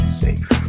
safe